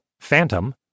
Phantom